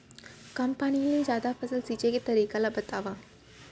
कम पानी ले जादा फसल सींचे के तरीका ला बतावव?